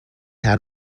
had